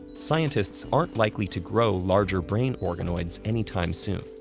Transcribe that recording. scientists aren't likely to grow larger brain organoids anytime soon.